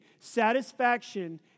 Satisfaction